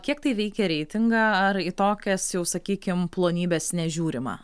kiek tai veikia reitingą ar į tokias jau sakykim plonybes nežiūrima